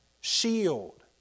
shield